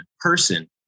person